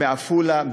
בעפולה,